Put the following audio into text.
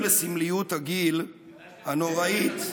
אני רוצה למסור את תנחומיי לכל קורבנות הכיבוש,